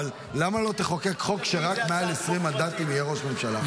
אבל למה לא תחוקק חוק שרק מעל 20 מנדטים יהיה ראש ממשלה?